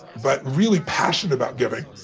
but really passionate about giving.